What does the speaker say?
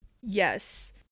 Yes